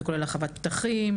זה כולל הרחבת פתחים,